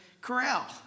corral